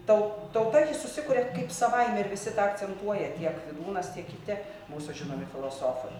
tau tauta ji susikuria kaip savaime ir visi tą akcentuoja tiek vydūnas tiek kiti mūsų žinomi filosofai